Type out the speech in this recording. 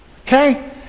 okay